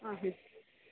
ആഹും